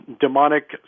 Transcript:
Demonic